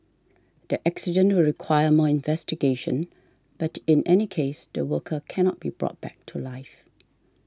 the accident will require more investigation but in any case the worker cannot be brought back to life